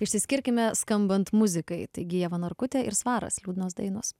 išsiskirkime skambant muzikai taigi ieva narkutė ir svaras liūdnos dainos